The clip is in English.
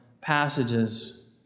passages